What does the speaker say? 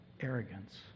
arrogance